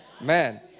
Man